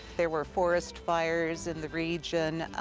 there were forest fires in the region.